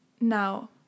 Now